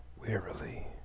wearily